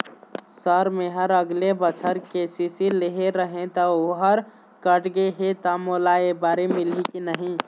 Sir मेहर अगले बछर के.सी.सी लेहे रहें ता ओहर कट गे हे ता मोला एबारी मिलही की नहीं?